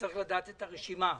תצטרך לדעת את הרשימה,